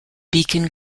beacon